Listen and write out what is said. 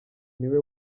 niwe